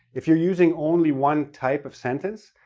if you're using only one type of sentence,